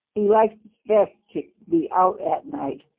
he likes best to be out at night,